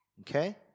Okay